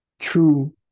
True